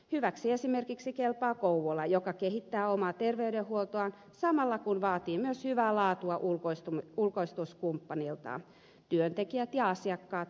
hyväksi esimerkiksi kelpaa kouvola joka kehittää omaa terveydenhuoltoaan samalla kun vaatii hyvää laatua myös ulkoistuskumppaniltaan työntekijät ja asiakkaat hyötyvät